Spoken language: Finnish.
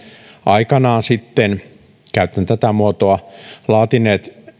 aikanaan käytän tätä muotoa laatineet